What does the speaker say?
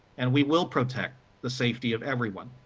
and, we will protect the safety of everyone,